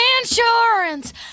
insurance